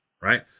right